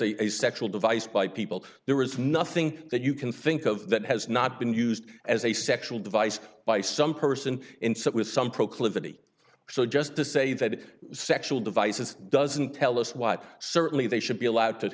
a sexual device by people there is nothing that you can think of that has not been used as a sexual device by some person in some with some proclivity so just to say that sexual devices doesn't tell us what certainly they should be allowed to